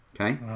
Okay